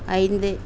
ஐந்து